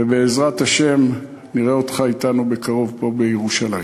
ובעזרת השם, נראה אותך אתנו בקרוב פה בירושלים.